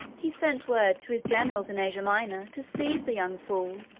he sent word to his generals in asia minor to seize the young fool,